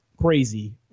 crazy